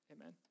amen